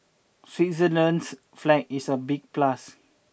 Switzerland's flag is a big plus